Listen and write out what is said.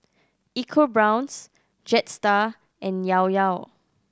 EcoBrown's Jetstar and Llao Llao